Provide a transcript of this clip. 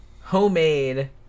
homemade